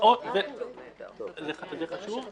זה חשוב.